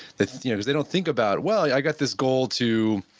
they don't think about, well, i got this goal to,